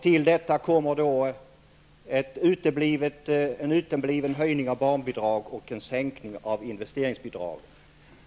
Till detta kommer en utebliven höjning av barnbidraget och en sänkning av investeringsbidraget.